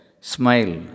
smile